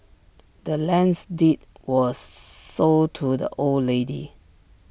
the land's deed was sold to the old lady